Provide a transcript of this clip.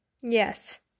Yes